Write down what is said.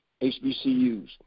HBCUs